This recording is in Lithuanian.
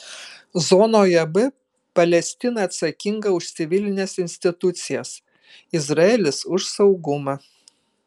zonoje b palestina atsakinga už civilines institucijas izraelis už saugumą